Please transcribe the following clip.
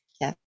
Yes